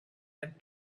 and